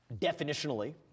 definitionally